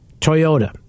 Toyota